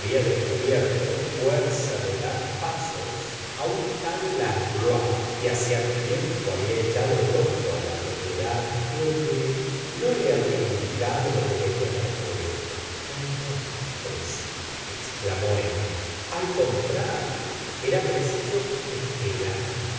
descubierto fuerza de dar pasos á un tal langlois que hacla tiempo había echado el ojo á la propiedad pero que no le había indicado lo que quería dar por ella no importa el precio exclamó emma al contrario era preciso esperar